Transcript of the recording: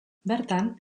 bertan